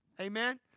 Amen